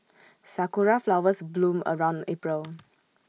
Sakura Flowers bloom around April